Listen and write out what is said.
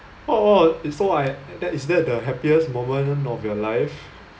oh it's so I that is that the happiest moment of your life